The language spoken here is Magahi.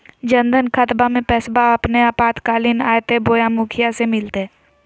जन धन खाताबा में पैसबा अपने आपातकालीन आयते बोया मुखिया से मिलते?